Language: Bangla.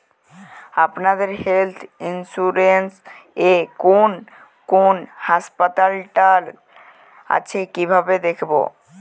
আপনাদের হেল্থ ইন্সুরেন্স এ কোন কোন হসপিটাল আছে কিভাবে দেখবো?